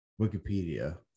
Wikipedia